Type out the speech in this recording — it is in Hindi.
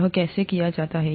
यह कैसे किया जाता है